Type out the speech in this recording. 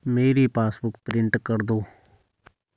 मेरी passbook print कर दो